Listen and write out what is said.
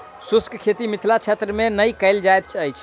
शुष्क खेती मिथिला क्षेत्र मे नै कयल जाइत अछि